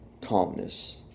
calmness